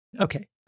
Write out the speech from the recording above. Okay